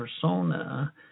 persona